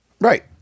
Right